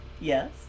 Yes